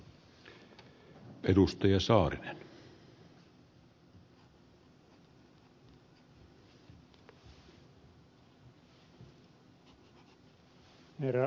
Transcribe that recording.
herra puhemies